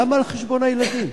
למה על חשבון הילדים?